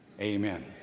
Amen